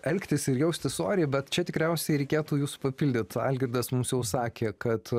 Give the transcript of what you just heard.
elgtis ir jaustis oriai bet čia tikriausiai reikėtų jus papildyt algirdas mums jau sakė kad